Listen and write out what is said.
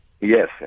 Yes